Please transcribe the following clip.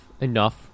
enough